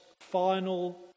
final